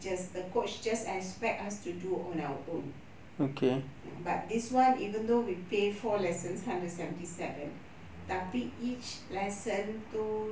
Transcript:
just a coach just expect us to do on our own mm but this one even though we pay four lessons hundred seventy seven tapi each lesson itu